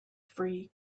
free